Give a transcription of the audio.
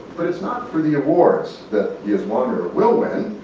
but it's not for the awards that he has won or will win,